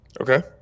Okay